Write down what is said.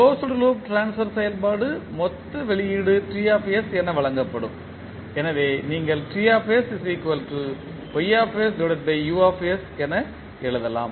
closed loop transfer செயல்பாடு மொத்த வெளியீடு T என வழங்கப்படும் எனவே நீங்கள் T Y U என எழுதலாம்